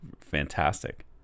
fantastic